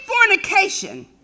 fornication